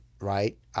right